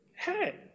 Hey